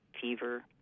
fever